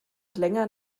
länger